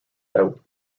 out